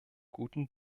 guten